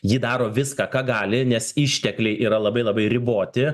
ji daro viską ką gali nes ištekliai yra labai labai riboti